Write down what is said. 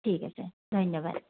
ঠিক আছে ধন্যবাদ